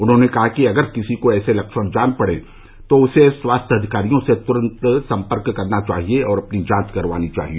उन्होंने कहा कि अगर किसी को ऐसे लक्षण जान पड़ें तो उसे स्वास्थ्य अधिकारियों से तुरन्त संपर्क करना चाहिए और अपनी जांच करवानी चाहिए